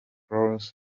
claus